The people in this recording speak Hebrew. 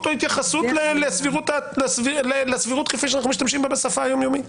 או התייחסות לסבירות כפי שאנחנו משתמשים בה בשפה היום-יומית.